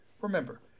Remember